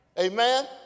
Amen